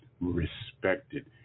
respected